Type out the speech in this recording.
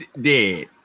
Dead